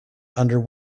under